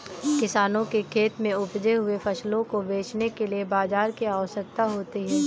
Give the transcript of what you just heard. किसानों के खेत में उपजे हुए फसलों को बेचने के लिए बाजार की आवश्यकता होती है